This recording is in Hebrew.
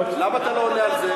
למה אתה לא עונה על זה?